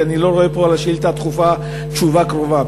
כי אני לא רואה פה על השאילתה הדחופה תשובה קרובה.